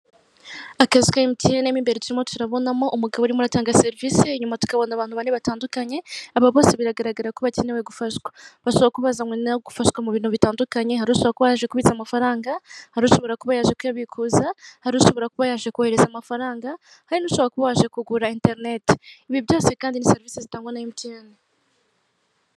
Akazu ka Emutiyene mo imbere turimo turabonamo umugabo urimo uratanga serivisi, inyuma tukabona abantu bane batandukanye aba bose biragaragara ko bakenewe gufashwa. Bashobora kuba bazanwe no gufashwa mu bintu bitandukanye hari ushobora kuba yaje kubitsa amafaranga, hari ushobora kuba yaje kuyabikuza, hari ushobora kuba yaje kohereza amafaranga, hari n'ushobora kuba yaje kugura interinete, ibi byose kandi ni serivisi zitangwa na Emutiyene.